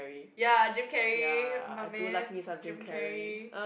ya Jim-Carrey my mans Jim-Carrey